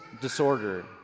disorder